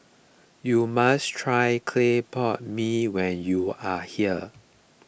you must try Clay Pot Mee when you are here